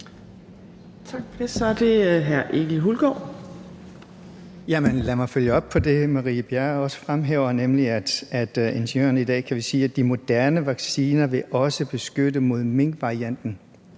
Hulgaard. Kl. 16:28 Egil Hulgaard (KF): Lad mig følge op på det, Marie Bjerre også fremhæver, nemlig at vi ifølge Ingeniøren i dag kan sige, at de moderne vacciner også vil beskytte mod minkvarianten.